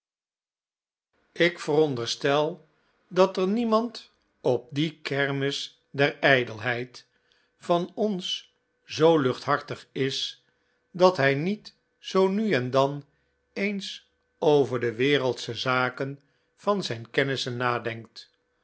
k veronderstel dat er niemand op die kermis der ijdelheid van ons zoo luchtp t p hartig is dat hij niet zoo nu en dan eens over de wereldsche zaken van zijn kennissen nadenkt